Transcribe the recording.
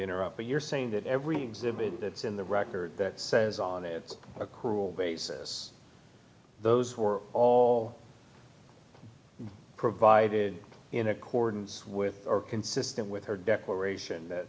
interrupt but you're saying that every exhibit that's in the record that says it's a cool basis those were all provided in accordance with or consistent with her declaration that